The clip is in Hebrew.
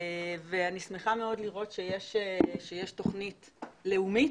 אני שמחה מאוד לראות שיש תכנית לאומית.